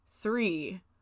three